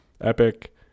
epic